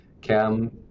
Cam